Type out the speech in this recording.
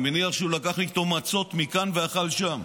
אני מניח שהוא לקח איתו מצות מכאן ואכל שם.